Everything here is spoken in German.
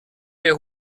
der